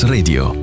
Radio